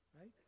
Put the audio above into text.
right